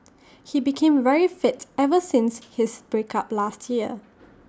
he became very fit ever since his break up last year